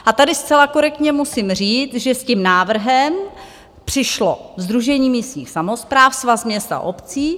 A tady zcela korektně musím říct, že s tím návrhem přišlo Sdružení místních samospráv, Svaz měst a obcí.